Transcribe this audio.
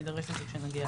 נידרש לזה כשנגיע לזה.